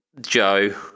Joe